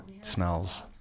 Smells